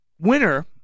winner